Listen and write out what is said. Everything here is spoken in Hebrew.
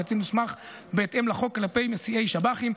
קצין מוסמך בהתאם לחוק כלפי מסיעי שב"חים,